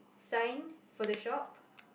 sign for the shop